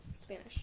Spanish